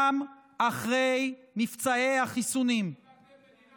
גם אחרי מבצעי החיסונים קיבלתם